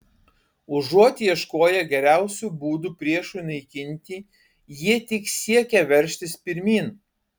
užuot ieškoję geriausių būdų priešui naikinti jie tik siekė veržtis pirmyn